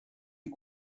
est